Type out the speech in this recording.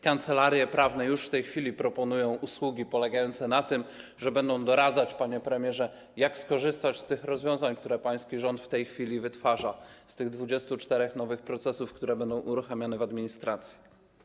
Kancelarie prawne już w tej chwili proponują usługi polegające na tym, że będą doradzać, panie premierze, jak skorzystać z tych rozwiązań, które pański rząd w tej chwili wytwarza, z tych nowych 24 procesów, które będą uruchamiane w administracji.